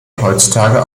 heutzutage